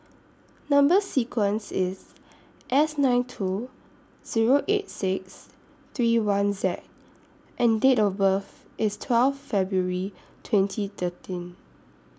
Number sequence IS S nine two Zero eight six three one Z and Date of birth IS twelve February twenty thirteen